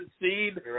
seed